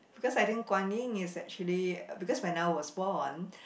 because I think Guan-Yin is actually because when I was born